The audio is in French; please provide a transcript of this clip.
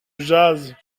jase